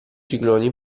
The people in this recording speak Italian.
cicloni